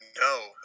No